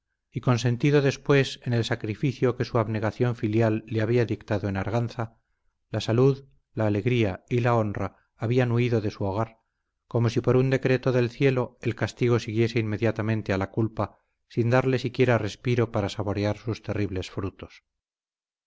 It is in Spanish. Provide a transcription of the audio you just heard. y consentido después en el sacrificio que su abnegación filial le había dictado en arganza la salud la alegría y la honra habían huido de su hogar como si por un decreto del cielo el castigo siguiese inmediatamente a la culpa sin darle siquiera respiro para saborear sus terribles frutos